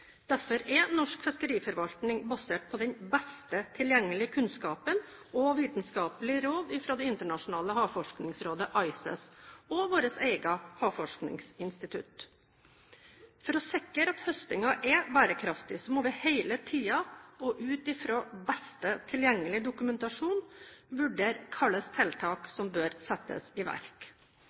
Derfor er norsk fiskeriforvaltning basert på den best tilgjengelige kunnskapen og vitenskapelige råd fra Det internasjonale råd for havforskning, ICES, og vårt eget havforskningsinstitutt. For å sikre at høstingen er bærekraftig må vi hele tiden og ut fra best tilgjengelige dokumentasjon vurdere hvilke tiltak som bør settes i verk.